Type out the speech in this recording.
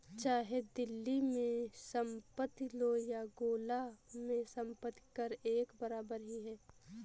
चाहे दिल्ली में संपत्ति लो या गोला में संपत्ति कर एक बराबर ही है